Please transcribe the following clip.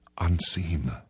Unseen